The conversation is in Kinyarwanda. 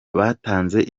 batanze